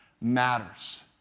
matters